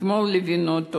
אתמול ליווינו אותו